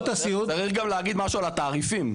צריך גם להגיד משהו על התעריפים.